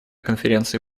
конференции